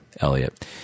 Elliot